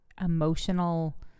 emotional